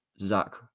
Zach